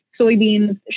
soybeans